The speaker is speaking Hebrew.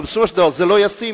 ובסופו של דבר זה לא ישים,